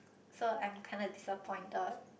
so I am kind of disappointed